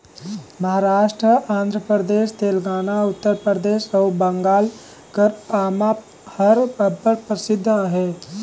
महारास्ट, आंध्र परदेस, तेलंगाना, उत्तर परदेस अउ बंगाल कर आमा हर अब्बड़ परसिद्ध अहे